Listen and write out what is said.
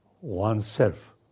oneself